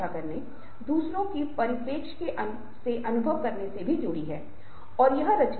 लेकिन इसमें कुछ अन्य प्रक्रियाएँ शामिल हैं और यह वही है जिसे मैं थोड़ा विस्तार से बताऊँगा